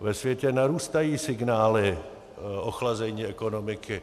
Ve světě narůstají signály ochlazení ekonomiky.